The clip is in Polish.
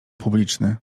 publiczny